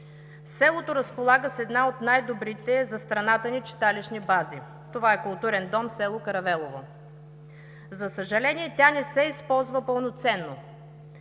Селото разполага с една от най-добрите за страната ни читалищни бази – това е Културен дом, село Каравелово. За съжаление, тя не се използва пълноценно.